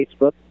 Facebook